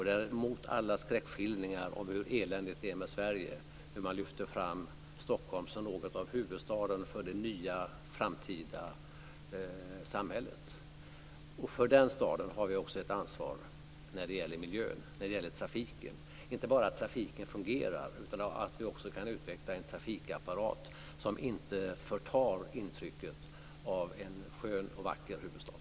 Det är mot alla skräckskildringar om hur eländigt det är med Sverige när man lyfter fram Stockholm som något av huvudstaden för det nya framtida samhället. För den staden har vi också ett ansvar när det gäller miljön, när det gäller trafiken. Vi har ett ansvar inte bara för att trafiken fungerar utan också för att vi kan utveckla en trafikapparat som inte förtar intrycket av en skön och vacker huvudstad.